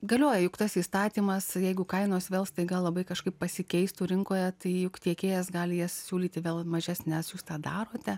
galioja juk tas įstatymas jeigu kainos vėl staiga labai kažkaip pasikeistų rinkoje tai juk tiekėjas gali jas siūlyti vėl mažesnes jūs tą darote